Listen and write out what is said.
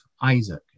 Isaac